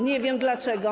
Nie wiem dlaczego.